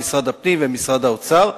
ומשרד הפנים ומשרד האוצר,